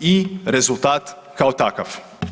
i rezultat kao takav.